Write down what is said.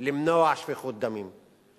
למנוע שפיכות דמים.